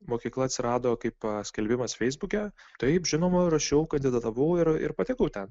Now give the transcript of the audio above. mokykla atsirado kaip paskelbimas feisbuke taip žinoma rašiau kandidatavau ir ir patekau ten